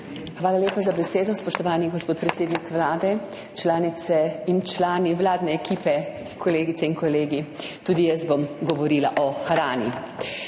Hvala lepa za besedo. Spoštovani gospod predsednik Vlade, članice in člani vladne ekipe, kolegice in kolegi! Tudi jaz bom govorila o hrani.